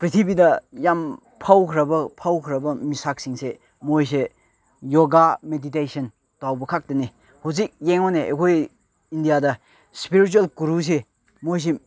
ꯄꯤꯊ꯭ꯔꯤꯕꯤꯗ ꯌꯥꯝ ꯐꯥꯎꯈ꯭ꯔꯕ ꯐꯥꯎꯈ꯭ꯔꯕ ꯃꯤꯁꯛꯁꯤꯡꯁꯦ ꯃꯣꯏꯁꯦ ꯌꯣꯒꯥ ꯃꯦꯗꯤꯇꯦꯁꯟ ꯇꯧꯕꯈꯛꯇꯅꯦ ꯍꯧꯖꯤꯛ ꯌꯦꯡꯉꯣꯅꯦ ꯑꯩꯈꯣꯏ ꯏꯟꯗꯤꯌꯥꯗ ꯏꯁꯄꯤꯔꯤꯆꯨꯋꯦꯜ ꯒꯨꯔꯨꯁꯦ ꯃꯣꯏꯁꯦ